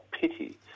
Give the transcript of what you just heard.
pity